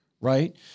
Right